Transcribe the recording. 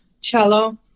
Cello